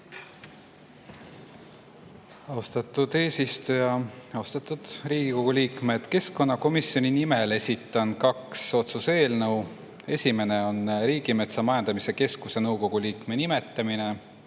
Austatud eesistuja! Austatud Riigikogu liikmed! Keskkonnakomisjoni nimel esitan kaks otsuse eelnõu. Esimene on "Riigimetsa Majandamise Keskuse nõukogu liikme nimetamine"